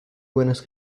buenas